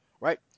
right